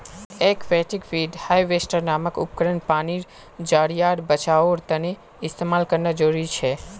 aquatic weed harvester नामक उपकरण पानीर ज़रियार बचाओर तने इस्तेमाल करना ज़रूरी छे